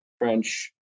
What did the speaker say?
French